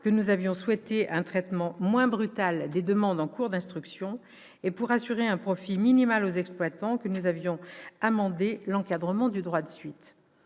que nous avions souhaité un traitement moins brutal des demandes en cours d'instruction, et pour assurer un profit minimal aux exploitants que nous avions amendé l'encadrement du droit de suite.